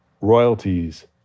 royalties